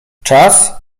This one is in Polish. czas